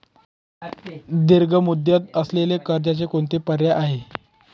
दीर्घ मुदत असलेल्या कर्जाचे कोणते पर्याय आहे?